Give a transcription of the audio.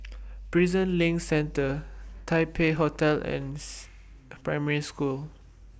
Prison LINK Centre Taipei Hotel and Primary School